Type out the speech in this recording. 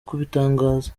kubitangaza